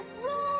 roll